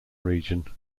region